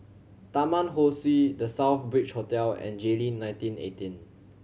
Taman Ho Swee The Southbridge Hotel and Jayleen nineteen eighteen